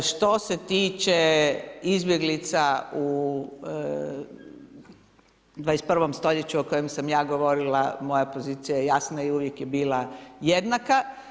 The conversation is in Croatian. Što se tiče izbjeglica u 21. stoljeću, o kojima sam ja govorila, moja pozicija je jasna i uvijek je bila jednaka.